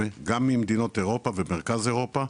וגם ממדינות אירופה ומרכז אירופה,